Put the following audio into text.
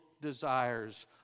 desires